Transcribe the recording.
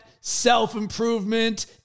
self-improvement